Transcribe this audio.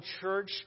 church